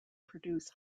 produce